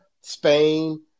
Spain